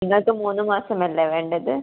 നിങ്ങക്ക് മൂന്ന് മാസം അല്ലേ വേണ്ടത്